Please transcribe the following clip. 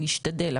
אני אשתדל,